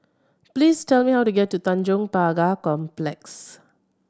please tell me how to get to Tanjong Pagar Complex